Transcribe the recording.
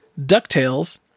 DuckTales